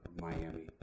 Miami